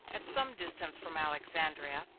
at some distance from alexandria,